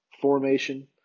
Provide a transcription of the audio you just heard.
formation